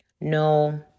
no